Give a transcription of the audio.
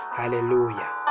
hallelujah